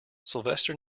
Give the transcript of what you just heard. sylvester